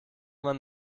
man